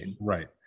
right